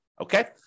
Okay